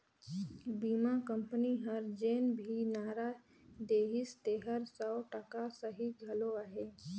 बीमा कंपनी हर जेन भी नारा देहिसे तेहर सौ टका सही घलो अहे